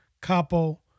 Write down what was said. capo